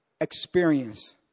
Experience